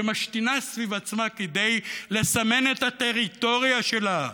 שמשתינה סביב עצמה כדי לסמן את הטריטוריה שלה,